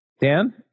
Dan